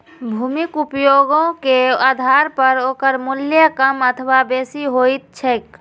भूमिक उपयोगे के आधार पर ओकर मूल्य कम अथवा बेसी होइत छैक